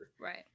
Right